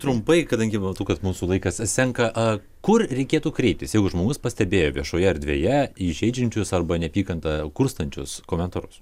trumpai kadangi matau kad mūsų laikas senka kur reikėtų kreiptis jeigu žmogus pastebėjo viešoje erdvėje įžeidžiančius arba neapykantą kurstančius komentarus